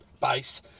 base